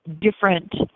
different